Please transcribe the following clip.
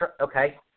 Okay